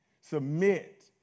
submit